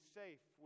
safe